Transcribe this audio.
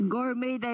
Gourmet